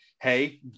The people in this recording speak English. hey